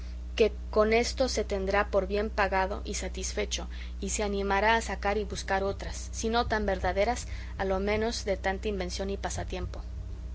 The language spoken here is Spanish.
que con esto se tendrá por bien pagado y satisfecho y se animará a sacar y buscar otras si no tan verdaderas a lo menos de tanta invención y pasatiempo